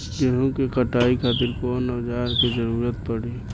गेहूं के कटाई खातिर कौन औजार के जरूरत परी?